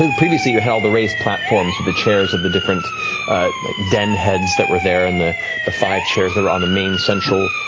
previously, you had all the raised platforms with the chairs of the different like den heads that were there and the the five chairs that were on the main central